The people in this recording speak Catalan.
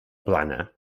plana